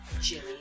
Jimmy